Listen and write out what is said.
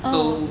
so